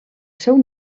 seu